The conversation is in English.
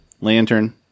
lantern